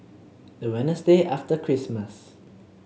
the Wednesday after Christmas